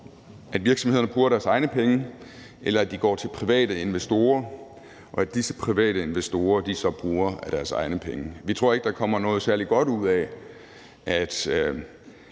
de vil investere, bruger deres egne penge, eller at de går til private investorer, og at disse private investorer bruger af deres egne penge. Vi tror ikke, at der kommer noget særlig godt ud af, at